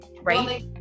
Right